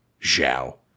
Zhao